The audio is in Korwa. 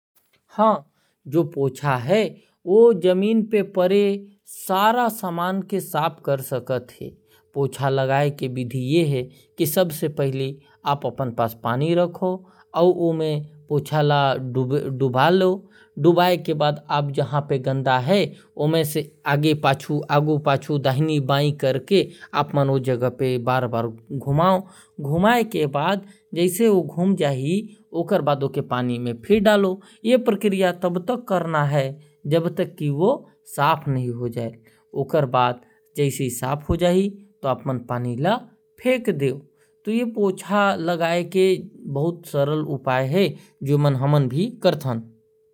हां जो पूछा है ओ जमीन पर पड़े सारा गंदगी ल साफ कर देहल। पूछा ल पानी में डूबा ल और निचोड़ के आगे पाछू करना है अच्छे से उपयोग करे से एहर बहुत अच्छा सफाई करेल। एहर बहुत सरल उपाय है।